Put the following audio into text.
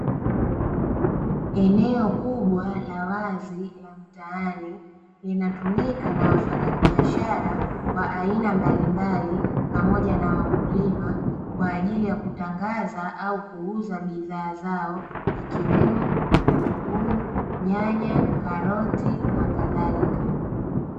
Eneo kubwa la wazi la mtaani, linatumika na wafanyabiashara wa aina mbalimbali pamoja na wakulima, kwa ajili ya kutangaza au kuuza bidhaa zao, ikiwemo; vitunguu, nyanya, karoti na kadhalika